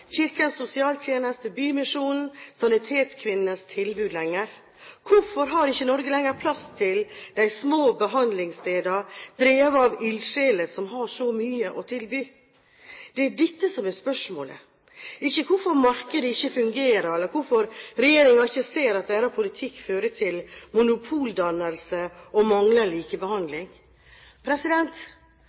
Kirkens Sosialtjenestes, Kirkens Bymisjons og Sanitetskvinnenes tilbud lenger? Hvorfor har ikke Norge lenger plass til de små behandlingsstedene drevet av ildsjeler, som har så mye å tilby? Det er dette som er spørsmålet – ikke hvorfor markedet ikke fungerer, eller hvorfor man i regjeringen ikke ser at deres politikk fører til monopoldannelser og